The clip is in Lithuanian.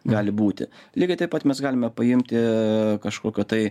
gali būti lygiai taip pat mes galime paimti kažkokio tai